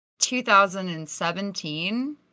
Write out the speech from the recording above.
2017